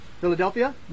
Philadelphia